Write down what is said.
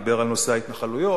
דיבר על נושא ההתנחלויות.